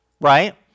right